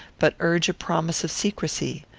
but urge a promise of secrecy.